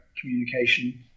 communication